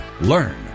learn